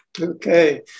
Okay